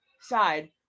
side